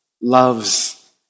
loves